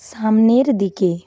সামনের দিকে